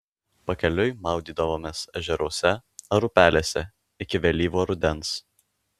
pakeliui maudydavomės ežeruose ar upelėse iki vėlyvo rudens